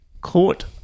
court